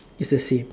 is the same